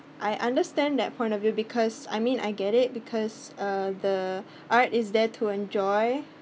I understand that point of view because I mean I get it because uh the art is there to enjoy